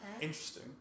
Interesting